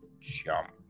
Jump